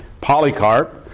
Polycarp